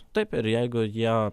taip ir jeigu jie